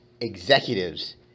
executives